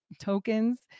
Tokens